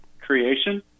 creation